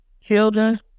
children